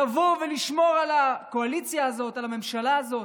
לבוא ולשמור על הקואליציה הזאת, על הממשלה הזאת,